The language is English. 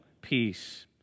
peace